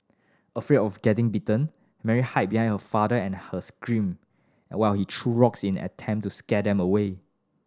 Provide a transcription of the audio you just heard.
afraid of getting bitten Mary hid behind her father and her screamed while he threw rocks in an attempt to scare them away